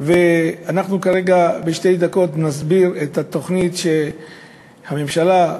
אנחנו כרגע בשתי דקות נסביר את התוכנית, והממשלה,